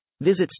Visit